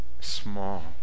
small